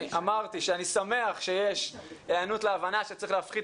אמרתי שאני שמח שיש היענות להבנה שצריך להפחית